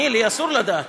לי אסור לדעת,